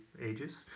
ages